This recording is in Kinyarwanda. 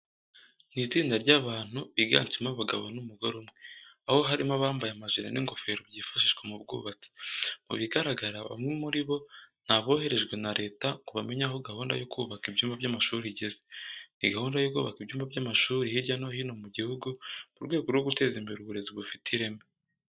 Ni itsinda ry'abantu biganjemo abagabo n'umugore umwe, aho harimo abambaye amajire n'ingofero byifashishwa mu bwubatsi. Mu bigaragara bamwe muri bo ni aboherejwe na Leta ngo bamenye aho gahunda yo kubaka ibyumba by'amashuri igeze. Ni gahunda yo kubaka ibyumba by'amashuri hirya no hino mu gihugu mu rwego rwo guteza imbere uburezi bufite ireme.